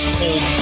cold